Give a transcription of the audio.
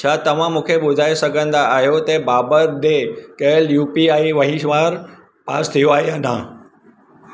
छा तव्हां मूंखे ॿुधाए सघंदा आहियो त बाबर ॾे कयलु यू पी आई वहिंवारू पास थियो आहे या न